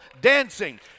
dancing